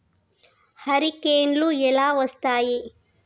హరికేన్లు ఎలా వస్తాయి?